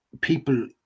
people